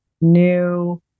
new